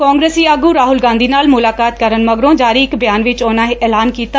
ਕਾਂਗਰਸੀ ਆਗੁ ਰਾਹੁਲ ਗਾਂਧੀ ਨਾਲ ਮੁਲਾਕਾਤ ਕਰਨ ਮਗਰੋਂ ਜਾਰੀ ਇਕ ਬਿਆਨ ਵਿਚ ਉਨਾਂ ਇਹ ਐਲਾਨ ਕੀਤਾ